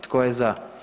Tko je za?